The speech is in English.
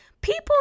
people